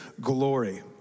glory